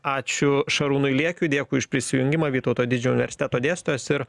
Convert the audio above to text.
ačiū šarūnui liekiui dėkui už prisijungimą vytauto didžiojo universiteto dėstytojas ir